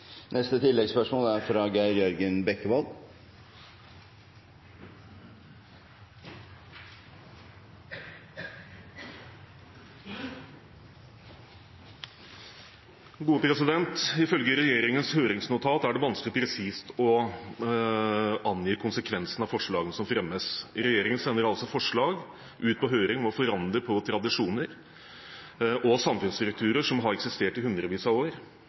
Geir Jørgen Bekkevold – til oppfølgingsspørsmål. Ifølge regjeringens høringsnotat er det vanskelig å angi presist konsekvensene av forslaget som fremmes. Regjeringen sender forslag ut på høring og forandrer på tradisjoner og samfunnsstrukturer som har eksistert i hundrevis av år,